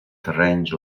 terrenys